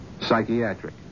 Psychiatric